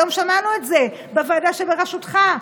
היום שמענו את זה בוועדה שבראשותך,